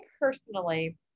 personally